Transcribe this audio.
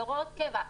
הוראות קבע.